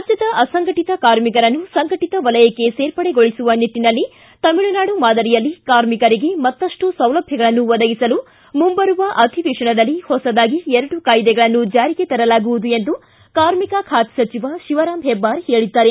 ರಾಜ್ಯದ ಅಸಂಘಟಿತ ಕಾರ್ಮಿಕರನ್ನು ಸಂಘಟಿತ ವಲಯಕ್ಕೆ ಸೇರ್ಪಡೆಗೊಳಿಸುವ ನಿಟ್ಟನಲ್ಲಿ ತಮಿಳುನಾಡು ಮಾದರಿಯಲ್ಲಿ ಕಾರ್ಮಿಕರಿಗೆ ಮತ್ತಷ್ಟು ಸೌಲಭ್ಯಗಳನ್ನು ಒದಗಿಸಲು ಮುಂಬರುವ ಅಧಿವೇತನದಲ್ಲಿ ಹೊಸದಾಗಿ ಎರಡು ಕಾಯಿದೆಗಳನ್ನು ಜಾರಿಗೆ ತರಲಾಗುವುದು ಎಂದು ಕಾರ್ಮಿಕ ಖಾತೆ ಸಚಿವ ಶಿವರಾಮ್ ಹೆಬ್ಬಾರ್ ಹೇಳಿದ್ದಾರೆ